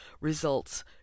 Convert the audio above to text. results